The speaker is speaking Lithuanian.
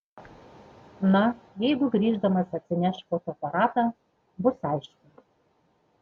na jeigu grįždamas atsineš fotoaparatą bus aišku